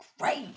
great